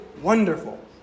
wonderful